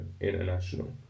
International